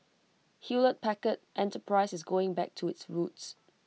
Hewlett Packard enterprise is going back to its roots